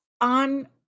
on